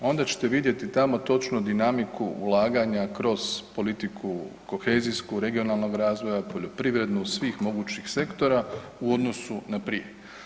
Onda ćete vidjeti tamo točno dinamiku ulaganja kroz politiku kohezijsku regionalnoga razvoja, poljoprivrednu, svih mogućih sektora u odnosu na prije.